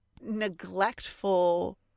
neglectful